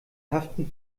haften